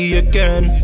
again